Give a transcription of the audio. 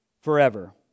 forever